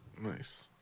Nice